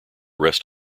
rest